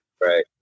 Right